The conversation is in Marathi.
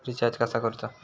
रिचार्ज कसा करूचा?